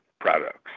products